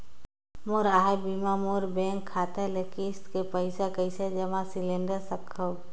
मोर आय बिना मोर बैंक खाता ले किस्त के पईसा कइसे जमा सिलेंडर सकथव?